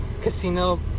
Casino